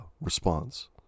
response